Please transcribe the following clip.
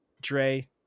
Dre